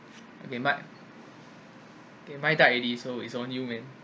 okay my okay mine died already so it's all you man